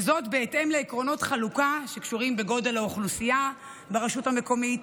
וזאת בהתאם לעקרונות חלוקה שקשורים בגודל האוכלוסייה ברשות המקומית,